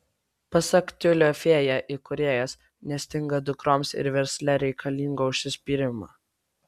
pasak tiulio fėja įkūrėjos nestinga dukroms ir versle reikalingo užsispyrimo